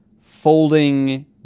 folding